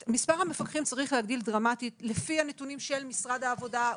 ואת מספר המפקחים צריך להגדיל דרמטית לפי הנתונים של משרד העבודה.